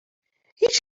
هیچ